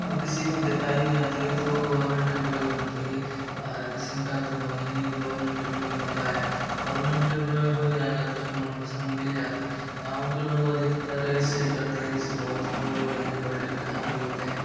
और किसी को दिखाई भी जाती है तो वह गवर्नमेंट इम्प्लोई होना चाहिए हर किसी का तो वो है नी गवर्नमेंट इम्प्लोई हो जाए गवर्नमेंट इम्प्लोई हो जाएगा तो उसको मनपसंद मिल जाती है गाँव के लोग अधिकतर ऐसे ही करते हैं जैसे बहुत कम लोग हैं जो पढ़ लिखकर नौकरी होते हैं